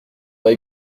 bail